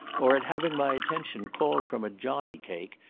or at having my attention called from a johnny cake,